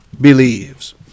believes